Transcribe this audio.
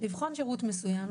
לבחון שירות מסוים,